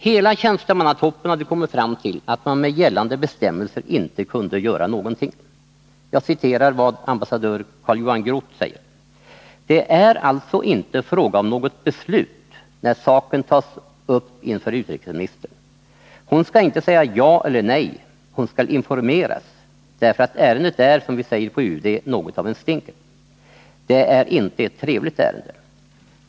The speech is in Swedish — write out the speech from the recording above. Hela tjänstemannatoppen hade kommit fram till att man med gällande bestämmelser inte kunde göra någonting. Jag citerar vad ambassadör Carl-Johan Groth säger: ”Det är alltså inte fråga om något beslut när saken tas upp inför utrikesministern. Hon skall inte säga ja eller nej — hon skall informeras därför att ärendet är, som vi säger på UD, något av en stinker. Det är inte ett trevligt ärende.